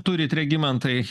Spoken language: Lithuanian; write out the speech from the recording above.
turit regimantai